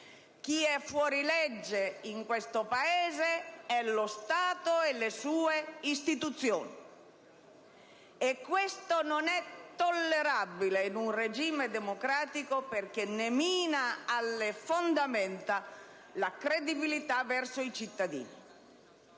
Chi è fuori legge in questo Paese sono lo Stato e le sue istituzioni. E questo non è tollerabile in un regime democratico, perché ne mina alle fondamenta la credibilità verso i cittadini.